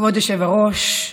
כבוד היושב-ראש,